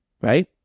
right